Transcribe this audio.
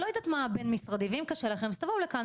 לא יודעת מה בין משרדי ואם קשה לכם אז תבואו לכאן,